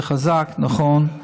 זה חזק, נכון,